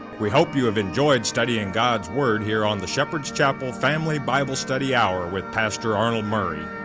we hope you have enjoyed studying god's word here on the shepherd's chapel family bible study hour with pastor arnold murray.